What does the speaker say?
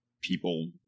people